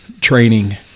training